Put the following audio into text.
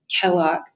Kellogg